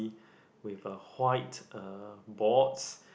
with a white uh board